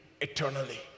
eternally